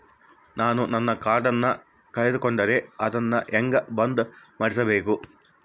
ನಾನು ನನ್ನ ಕಾರ್ಡನ್ನ ಕಳೆದುಕೊಂಡರೆ ಅದನ್ನ ಹೆಂಗ ಬಂದ್ ಮಾಡಿಸಬೇಕು?